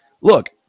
look